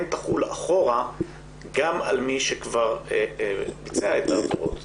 תחול אחורה גם על מי שכבר ביצע את העבירות.